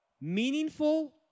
meaningful